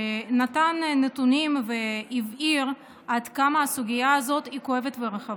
שנתן נתונים והבהיר עד כמה הסוגיה הזאת היא כואבת ורחבה.